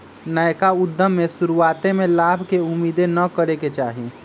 नयका उद्यम में शुरुआते में लाभ के उम्मेद न करेके चाही